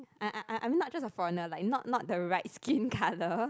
I I I mean not just a foreigner like not not the right skin colour